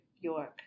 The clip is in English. York